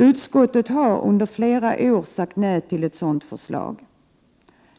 Utskottet har under flera år sagt nej till sådana förslag.